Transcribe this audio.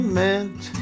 meant